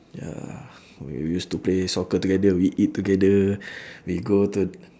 ya we used to play soccer together we eat together we go to